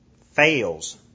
fails